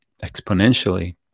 Exponentially